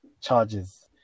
charges